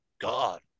God